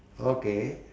okay